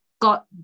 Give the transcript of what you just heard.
got